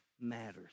matters